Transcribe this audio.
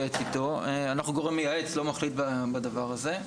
אנחנו גורם מייעץ לא מחליט בדבר הזה.